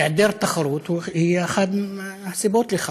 היעדר תחרות הוא אחת הסיבות לכך.